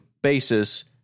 Basis